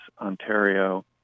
Ontario